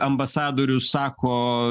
ambasadorius sako